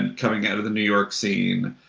and coming out of the new york scene.